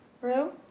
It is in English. Rue